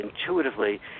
intuitively